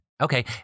Okay